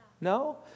No